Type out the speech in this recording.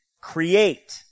create